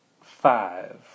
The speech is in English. Five